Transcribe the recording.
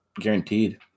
guaranteed